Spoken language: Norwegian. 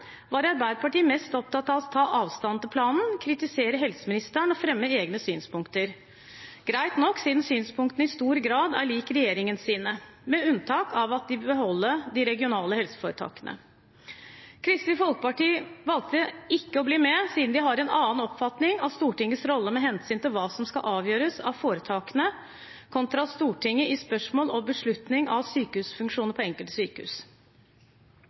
var Arbeiderpartiet mest opptatt av å ta avstand til planen, kritisere helseministeren og fremme egne synspunkter. Det er greit nok siden synspunktene i stor grad er lik regjeringens, med unntak av at de vil beholde de regionale helseforetakene. Kristelig Folkeparti valgte ikke å bli med siden de har en annen oppfatning av Stortingets rolle med hensyn til hva som skal avgjøres av foretakene kontra Stortinget i spørsmål om beslutning av sykehusfunksjoner på enkelte sykehus.